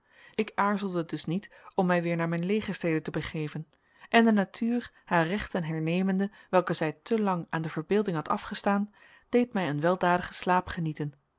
ik aarzelde dus niet om mij weer naar mijn legerstede te begeven en de natuur haar rechten hernemende welke zij te lang aan de verbeelding had afgestaan deed mij een weldadigen slaap genieten